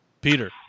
Peter